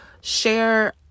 share